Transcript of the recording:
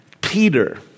Peter